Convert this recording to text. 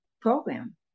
program